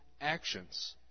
actions